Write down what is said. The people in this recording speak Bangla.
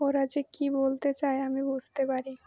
ওরা যে কী বলতে চায় আমি বুঝতে পারি